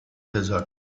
desert